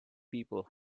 people